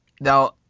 Now